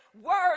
words